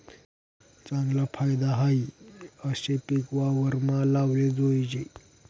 चागला फायदा व्हयी आशे पिक वावरमा लावाले जोयजे